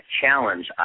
challenge